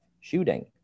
shooting